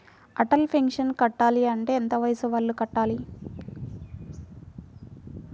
Atal pension కట్టాలి అంటే ఎంత వయసు వాళ్ళు కట్టాలి?